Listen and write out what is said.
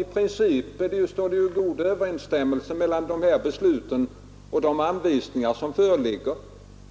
I princip föreligger det också god överensstämmelse mellan riksdagsbeslutet och gällande anvisningar.